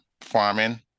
farming